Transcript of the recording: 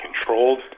controlled